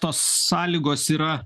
tos sąlygos yra